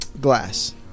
glass